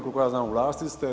Koliko ja znam u vlasti ste.